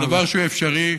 זה דבר שהוא אפשרי.